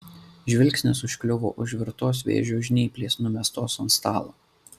žvilgsnis užkliuvo už virtos vėžio žnyplės numestos ant stalo